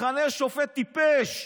מכנה שופט "טיפש",